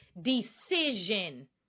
decision